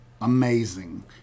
amazing